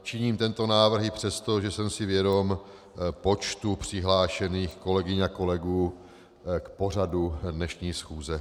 Činím tento návrh i přesto, že jsem si vědom počtu přihlášených kolegyň a kolegů k pořadu dnešní schůze.